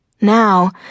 Now